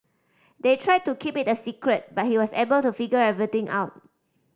they tried to keep it a secret but he was able to figure everything out